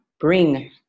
bring